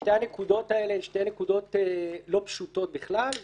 שתי נקודות הן שתי נקודות לא פשוטות בכלל,